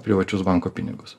privačius banko pinigus